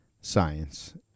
science